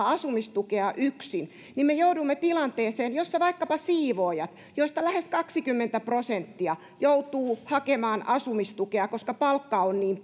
asumistukea yksin niin me joudumme tilanteeseen jossa vaikkapa siivoojille joista lähes kaksikymmentä prosenttia joutuu hakemaan asumistukea koska palkka on niin